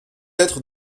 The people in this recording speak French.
être